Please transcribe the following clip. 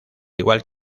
igual